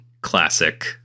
classic